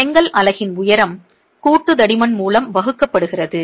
செங்கல் அலகின் உயரம் கூட்டு தடிமன் மூலம் வகுக்கப்படுகிறது